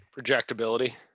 projectability